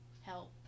help